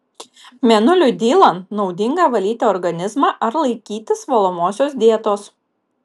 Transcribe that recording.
mėnuliui dylant naudinga valyti organizmą ar laikytis valomosios dietos